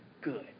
good